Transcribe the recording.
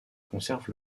conserve